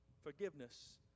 Forgiveness